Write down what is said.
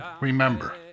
remember